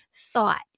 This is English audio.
thought